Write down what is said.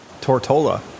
Tortola